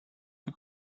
the